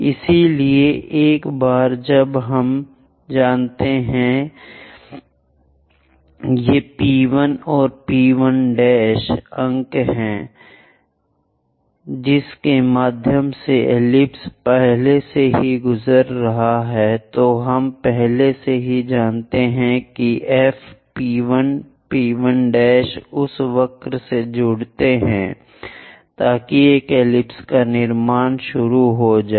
इसलिए एक बार जब हम जानते हैं ये P1 और P 1' अंक हैं जिसके माध्यम से एलिप्स पहले से ही गुजर रहा है तो हम पहले से ही जानते हैं कि F P 1 P 1 उस वक्र से जुड़ते हैं ताकि एक एलिप्स का निर्माण शुरू हो जाए